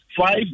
five